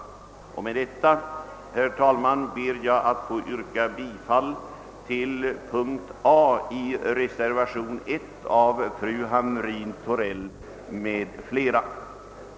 Med det jag nu anfört ber jag, herr talman, att få yrka bifall till hemställan under punkt A i reservationen I av fru Hamrin-Thorell m.fl.